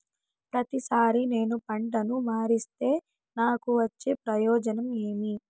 ప్రతిసారి నేను పంటను మారిస్తే నాకు వచ్చే ప్రయోజనం ఏమి?